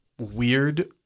weird